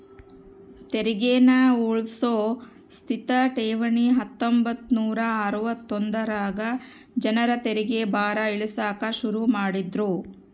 ತೆರಿಗೇನ ಉಳ್ಸೋ ಸ್ಥಿತ ಠೇವಣಿ ಹತ್ತೊಂಬತ್ ನೂರಾ ಅರವತ್ತೊಂದರಾಗ ಜನರ ತೆರಿಗೆ ಭಾರ ಇಳಿಸಾಕ ಶುರು ಮಾಡಿದ್ರು